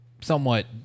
somewhat